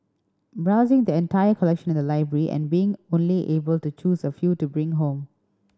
browsing the entire collection in the library and being only able to choose a few to bring home